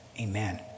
Amen